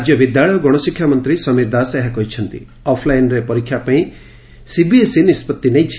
ରାଜ୍ୟ ବିଦ୍ୟାଳୟ ଓ ଗଣଶିକ୍ଷା ମନ୍ତୀ ସମୀର ଦାସ ଏହା କହିଛନ୍ତି ଅଫଲାଇନରେ ପରୀକ୍ଷା ପାଇଁ ସିବିଏସଇ ନିଷ୍ବଉି ନେଇଛି